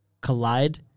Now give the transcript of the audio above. Collide